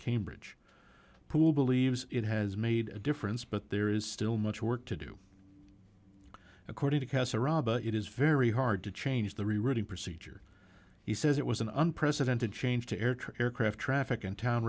cambridge pool believes it has made a difference but there is still much work to do according to cast it is very hard to change the rerouting procedure he says it was an unprecedented change to air tran aircraft traffic and town